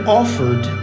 offered